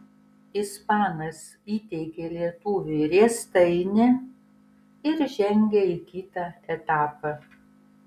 ispanas įteikė lietuviui riestainį ir žengė į kitą etapą